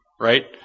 right